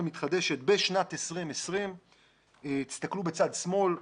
מתחדשת בשנת 2020. תסתכלו בצד שמאל.